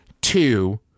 Two